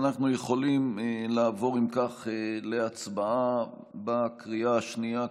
אנחנו יכולים לעבור להצבעה בקריאה השנייה,